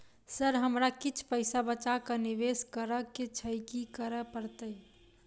Sir हमरा किछ पैसा बचा कऽ निवेश करऽ केँ छैय की करऽ परतै?